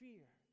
Fear